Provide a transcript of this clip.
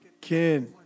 Ken